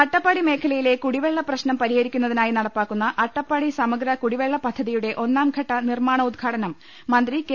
അട്ടപ്പാടി മേഖലയിലെ കുടിപ്പെള്ള പ്രശ് നം പരിഹാരിക്കുന്നതിനായി നടപ്പാക്കുന്ന് അട്ടപ്പാടി സമഗ്ര കുടിവെള്ള പദ്ധതിയുടെ ഒന്നാംഘട്ട് നിർമാണോദ്ഘാടനം മന്ത്രി കെ